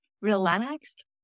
relaxed